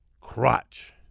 Crotch